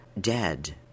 dead